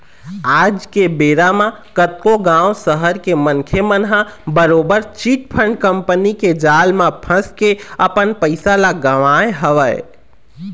आज के बेरा म कतको गाँव, सहर के मनखे मन ह बरोबर चिटफंड कंपनी के जाल म फंस के अपन पइसा ल गवाए हवय